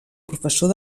professor